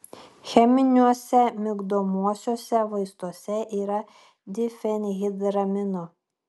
cheminiuose migdomuosiuose vaistuose yra difenhidramino